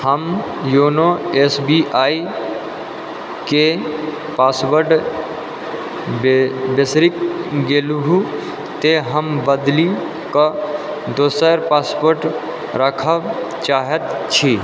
हम YONO S B I के password बिसरि गेलहुँ तेँ हम बदलि कऽ दोसर पासवर्ड राखय चाहैत छी